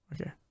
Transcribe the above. okay